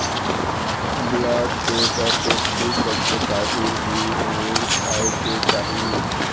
blood pressure के ठीक रखे खातिर भी अंगूर खाए के चाही